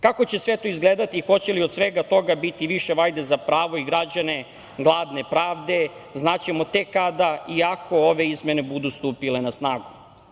Kako će sve to izgledati i hoće li od svega toga biti više vajde za pravo i građane gladne pravde, znaćemo tek kada i ako ove izmene budu stupile na snagu.